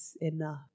enough